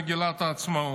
מגילת העצמאות.